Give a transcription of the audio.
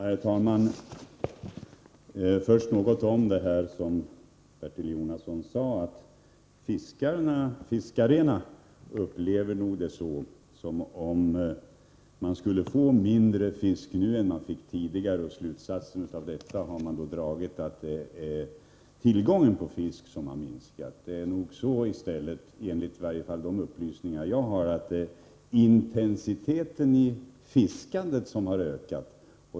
Herr talman! Först något om det som Bertil Jonasson sade om att fiskarna upplever det som om man skulle få mindre fisk nu än man fick tidigare. Den slutsats man dragit av detta är att det är tillgången på fisk som har minskat. Det är nog i stället på det sättet, enligt de upplysningar jag har fått, att intensiteten i fiskandet har ökat.